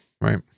right